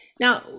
Now